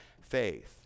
faith